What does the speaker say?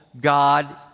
God